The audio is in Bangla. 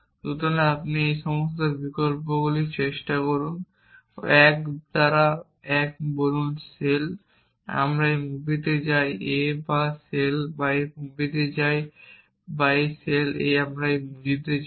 সুতরাং আপনি এই সমস্ত বিকল্পগুলি চেষ্টা করুন 1 দ্বারা 1 আপনি বলুন শেল আমরা এই মুভিতে যাই a বা শেল আমরা এই মুভিতে যাই বা শেল আমরা এই মুভিতে যাই